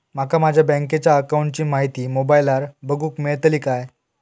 माका माझ्या बँकेच्या अकाऊंटची माहिती मोबाईलार बगुक मेळतली काय?